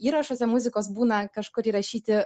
įrašuose muzikos būna kažkur įrašyti